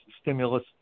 stimulus